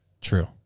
True